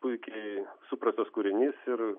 puikiai suprastas kūrinys ir